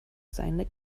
seine